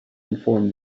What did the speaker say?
inform